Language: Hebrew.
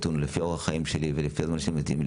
אונו לפי אורח החיים שלי ולפי הדברים שמתאימים לי,